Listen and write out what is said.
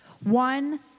One